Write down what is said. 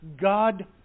God